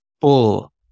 pull